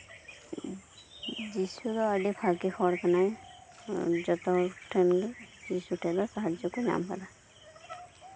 ᱡᱤᱥᱩ ᱫᱚ ᱟᱹᱰᱤ ᱵᱷᱟᱜᱮ ᱦᱚᱲ ᱠᱟᱱᱟᱭ ᱡᱚᱛᱚ ᱦᱚᱲᱜᱮ ᱡᱤᱥᱩ ᱴᱷᱮᱱ ᱫᱚ ᱥᱟᱦᱟᱡᱡᱚ ᱠᱚ ᱧᱟᱢ ᱟᱠᱟᱫᱟ